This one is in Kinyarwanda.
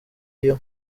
iyo